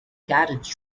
carriage